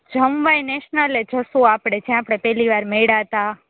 જમવા નેસનલે એ જસું આપડે જ્યાં આપડે પેલી વાર મેઇડાતાં